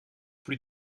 plus